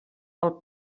alt